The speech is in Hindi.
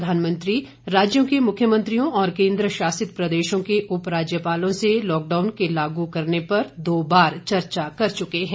प्रधानमंत्री राज्यों के मुख्यमंत्रियों और केन्द्र शासित प्रदेशों के उप राज्यपालों से लॉकडाउन के लागू करने पर दो बार चर्चा कर चुके हैं